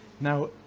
now